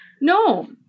No